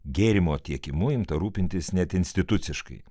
gėrimo tiekimu imta rūpintis net instituciškai